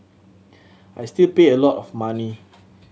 I still pay a lot of money